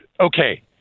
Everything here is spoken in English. okay